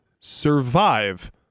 survive